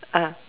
ah